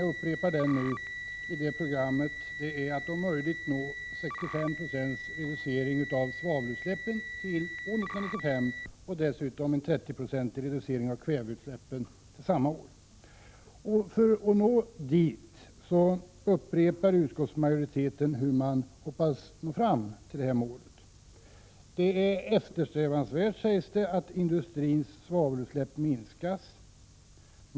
Målsättningen i det programmet är att om möjligt nå 65 76 reducering av svavelutsläppen till år 1995 och dessutom en 30-procentig reducering av kväveutsläppen till samma år. Utskottsmajoriteten upprepar hur man hoppas nå det här målet. Det sägs att det är eftersträvansvärt att industrins svavelutsläpp minskas.